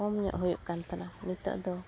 ᱠᱚᱢ ᱧᱚᱜ ᱦᱩᱭᱩᱜ ᱠᱟᱱ ᱛᱟᱦᱮᱱᱟ ᱱᱤᱛᱚᱜ ᱫᱚ